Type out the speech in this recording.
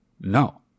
no